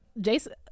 Jason